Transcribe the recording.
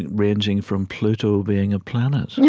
and ranging from pluto being a planet, right,